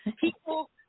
People